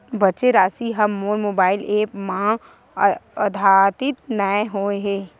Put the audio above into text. बचे राशि हा मोर मोबाइल ऐप मा आद्यतित नै होए हे